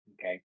okay